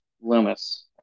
Loomis